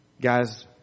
Guys